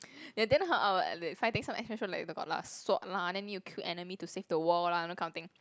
ya then hor I will like the got lah sword lah then you kill enemy to save the world lah those kind of thing